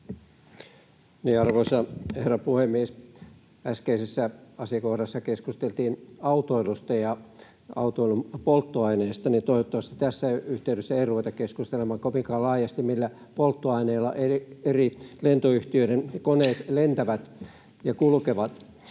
Arvoisa herra puhemies! Kun äskeisessä asiakohdassa keskusteltiin autoilusta ja autoilun polttoaineista, niin toivottavasti tässä yhteydessä ei ruveta keskustelemaan kovinkaan laajasti, millä polttoaineella eri lentoyhtiöiden koneet lentävät ja kulkevat.